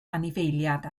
anifeiliaid